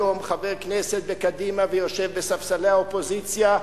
היום חבר כנסת בקדימה ויושב בספסלי האופוזיציה,